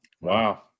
Wow